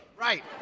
Right